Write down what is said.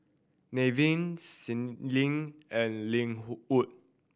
Nevin Caitlynn and Lenwood